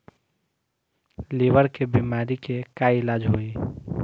Liver के बीमारी के का इलाज होई?